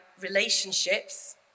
relationships